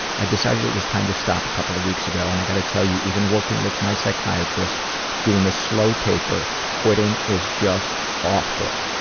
i decided it was time to stop a couple of weeks ago and i gotta tell you, even working with my psychiatrist doing a slow taper, quitting is just awful.